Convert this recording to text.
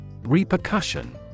Repercussion